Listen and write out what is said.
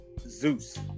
Zeus